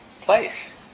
place